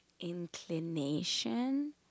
inclination